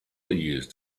used